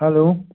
hello